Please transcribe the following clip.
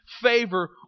favor